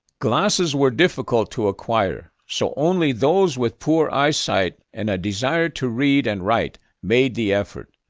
glasses were difficult to acquire. so only those with poor eyesight and a desire to read and write made the effort.